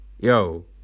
Yo